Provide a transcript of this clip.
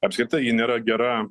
apskritai ji nėra gera